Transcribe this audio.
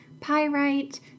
pyrite